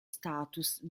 status